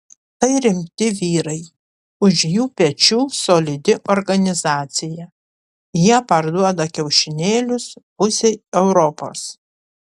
tai rimti vyrai už jų pečių solidi organizacija jie parduoda kiaušinėlius pusei europos